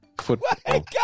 Football